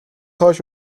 хойш